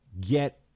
get